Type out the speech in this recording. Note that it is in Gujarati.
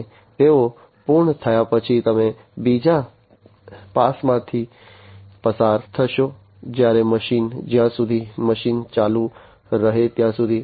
અને તેઓ પૂર્ણ થયા પછી તમે બીજા પાસમાંથી પસાર થશો જ્યારે મશીન જ્યાં સુધી મશીન ચાલુ રહે ત્યાં સુધી